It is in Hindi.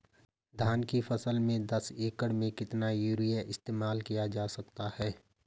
धान की फसल में दस एकड़ में कितना यूरिया इस्तेमाल किया जा सकता है?